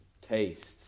Taste